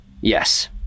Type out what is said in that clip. Yes